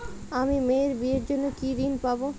আমি মেয়ের বিয়ের জন্য কি ঋণ পাবো?